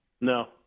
No